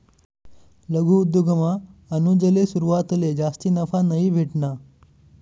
लघु उद्योगमा अनुजले सुरवातले जास्ती नफा नयी भेटना